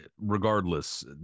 regardless